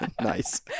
Nice